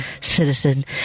Citizen